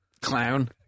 clown